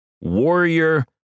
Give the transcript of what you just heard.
Warrior